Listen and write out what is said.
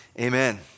amen